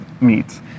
meat